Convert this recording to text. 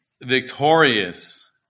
victorious